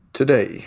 today